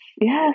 yes